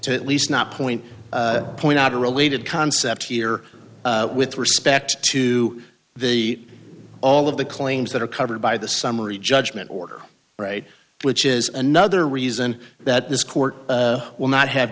to at least not point point out a related concept here with respect to the all of the claims that are covered by the summary judgment order right which is another reason that this court will not have